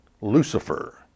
Lucifer